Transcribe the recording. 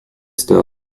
astor